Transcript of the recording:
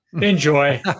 Enjoy